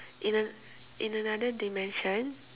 in a in another dimension